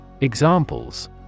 Examples